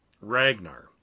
Ragnar